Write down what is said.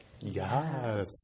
yes